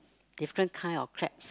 different kind of crabs